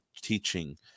Teaching